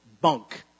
bunk